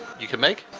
you can make?